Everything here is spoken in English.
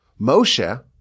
Moshe